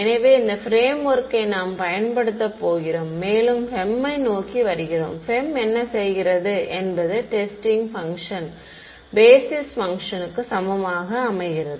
எனவே இதே framework யை நாம் பயன்படுத்தப் போகிறோம் மேலும் FEM ஐ நோக்கி வருகிறோம் FEM என்ன செய்கிறது என்பது டெஸ்டிங் பங்க்ஷன் பேஸிஸ் பங்க்ஷன் க்கு சமமாக அமைக்கிறது